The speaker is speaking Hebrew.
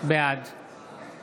בעד